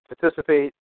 participate